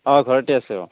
অঁ ঘৰতে আছোঁ